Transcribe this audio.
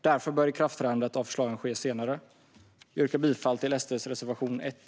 Därför bör ikraftträdandet av förslagen ske senare. Jag yrkar bifall till SD:s reservation 1.